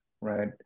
right